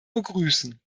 begrüßen